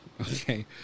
okay